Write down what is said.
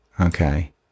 Okay